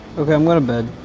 okay, i'm going to